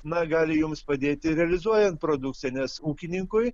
na gali jums padėti realizuojant produkciją nes ūkininkui